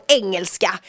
engelska